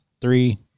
Three